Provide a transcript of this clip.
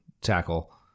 tackle